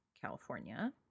california